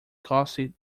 gussie